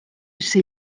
ser